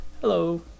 hello